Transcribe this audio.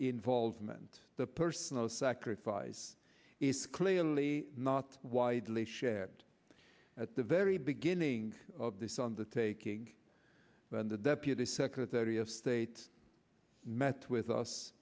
involvement the personal sacrifice is clearly not widely shared at the very beginning of this on the taking when the deputy secretary of state met with us